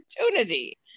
opportunity